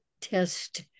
test